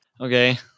Okay